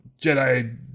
Jedi